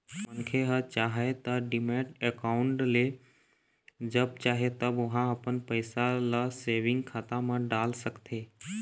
मनखे ह चाहय त डीमैट अकाउंड ले जब चाहे तब ओहा अपन पइसा ल सेंविग खाता म डाल सकथे